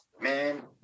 Man